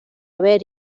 haver